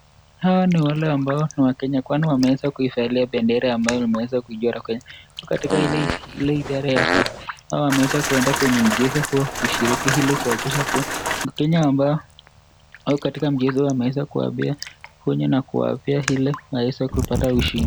Hawani wale ambao ni wakenya wameeza kuivalia benderaambayo imechorwa. Hawa wameenda kwenye mchezo kushiriki ili kuhakikisha kuwa wakenya ambao wako katika mchezo wameweza kupata ushindi.